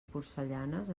porcellanes